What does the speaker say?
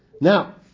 Now